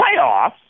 playoffs